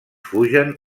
fugen